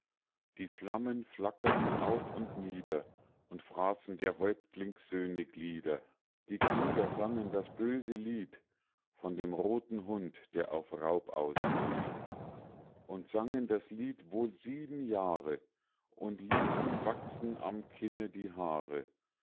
die flammen flackerten auf und nieder und fraßen der häuptlingssöhne glieder die krieger sangen das böse lied von dem roten hund der auf raub auszieht und sangen das lied wohl sieben jahre und ließen wachsen am kinne die haare